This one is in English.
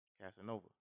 Casanova